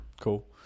cool